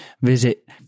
Visit